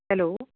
hello